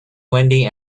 windy